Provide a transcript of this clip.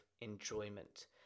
enjoyment